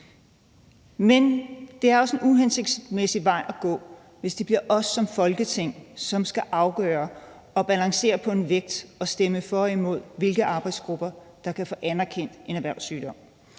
Men det er også en uhensigtsmæssig vej at gå, hvis det bliver os som Folketing, som skal afgøre og balancere på en vægt og stemme for eller imod, hvilke faggrupper der kan få anerkendt en erhvervssygdom.